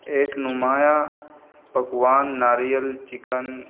ایک نمایاں پکوان ناریل چکن